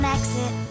exit